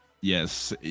yes